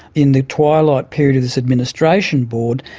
in the twilight period of this administration board,